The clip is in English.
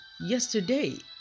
yesterday